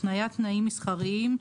התניית תנאים מסחריים,